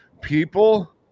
people